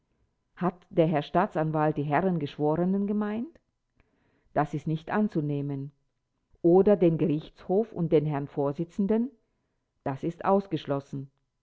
hat der herr staatsanwalt die herren geschworenen gemeint das ist nicht anzunehmen oder den gerichtshof und den herrn vorsitzenden das ist ausgeschlossen